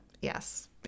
yes